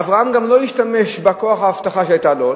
אברהם גם לא השתמש בכוח ההבטחה שהיתה לו,